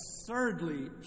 absurdly